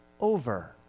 over